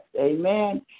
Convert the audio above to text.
Amen